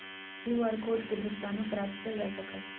QR code से भुगतानो प्राप्त कएल जा सकल ह